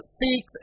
six